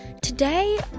Today